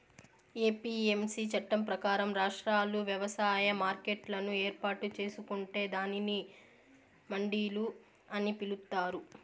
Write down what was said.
APMC చట్టం ప్రకారం, రాష్ట్రాలు వ్యవసాయ మార్కెట్లను ఏర్పాటు చేసుకొంటే దానిని మండిలు అని పిలుత్తారు